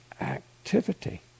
activity